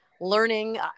learning